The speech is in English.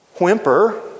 whimper